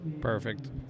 Perfect